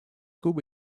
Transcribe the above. кубы